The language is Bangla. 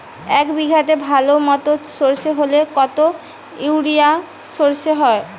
এক বিঘাতে ভালো মতো সর্ষে হলে কত ইউরিয়া সর্ষে হয়?